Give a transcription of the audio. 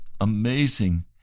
amazing